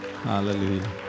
Hallelujah